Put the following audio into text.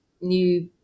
new